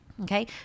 Okay